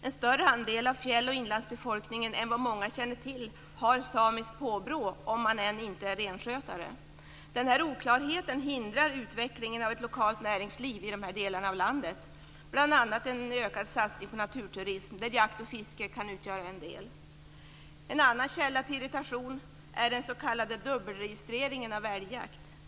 En större andel av fjäll och inlandsbefolkningen än vad många känner till har samiskt påbrå, även om de inte är renskötare. Denna oklarhet hindrar utvecklingen av ett lokalt näringsliv i dessa delar av landet - bl.a. en ökad satsning på naturturism där jakt och fiske kan utgöra en del. En annan källa till irritation är den s.k. dubbelregistreringen av älgjakt.